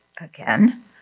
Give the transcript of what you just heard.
again